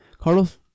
Carlos